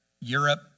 Europe